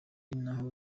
naho